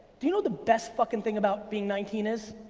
do you know the best fucking thing about being nineteen is?